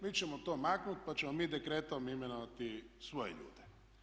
Mi ćemo to maknuti pa ćemo mi dekretom imenovati svoje ljude.